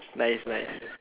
nice nice